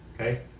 Okay